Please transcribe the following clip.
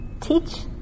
Teach